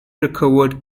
recovered